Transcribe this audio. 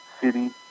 city